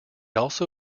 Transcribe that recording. also